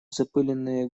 запыленные